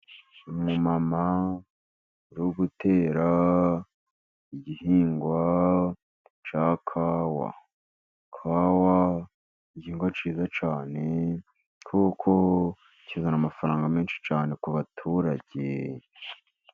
Umumama uri gutera igihingwa cya kawa. Kawa igihingwa cyiza cyane, kuko kizana amafaranga menshi cyane ku baturage.